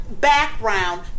background